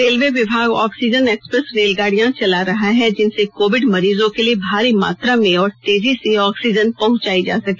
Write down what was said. railway विभाग oxygen express रेलगाडियां चला रहा है जिनसे कोविड मरीजों के लिए भारी मात्रा में और तेजी से ऑक्सीजन पहुंचाई जा सके